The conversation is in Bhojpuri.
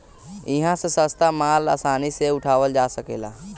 इहा से सस्ता माल आसानी से उठावल जा सकेला